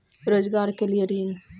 रोजगार के लिए ऋण?